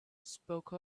spoke